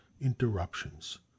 interruptions